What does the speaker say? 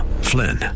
Flynn